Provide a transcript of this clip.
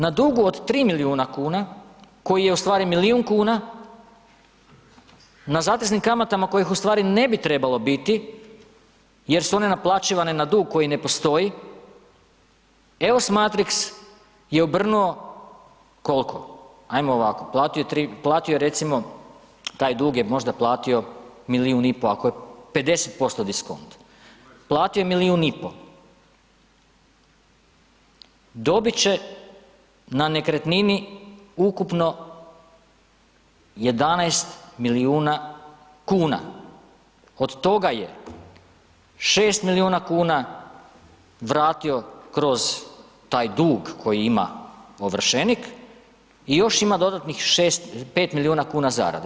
Na dugu od 3 milijuna kuna, koji je ustvari milijun kuna, na zateznim kamatama kojih u stvari ne bi trebalo biti jer su one naplaćivane na dug koji ne postoji, EOS Matrix je obrnuo, koliko, ajmo ovako, platio je recimo, taj dug je možda platio milijun i pol ako je 50% diskont, platio je milijun i pol, dobit će na nekretnini ukupno 11 milijuna kuna, od toga je 6 milijuna kuna vratio kroz taj dug koji ima ovršenik i još ima dodatnih 5 milijuna kuna zarade.